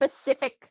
specific